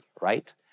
right